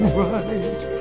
right